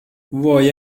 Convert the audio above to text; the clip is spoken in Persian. وای